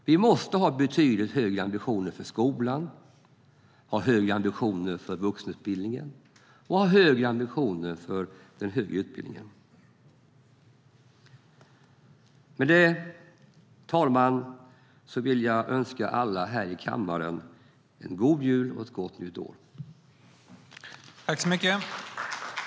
Vi måste ha betydligt högre ambitioner för skolan, för vuxenutbildningen och för den högre utbildningen.